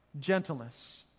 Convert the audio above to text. Gentleness